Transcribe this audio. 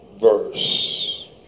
verse